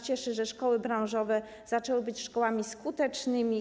Cieszy nas, że szkoły branżowe zaczęły być szkołami skutecznymi.